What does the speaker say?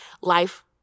life